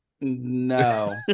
No